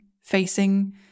facing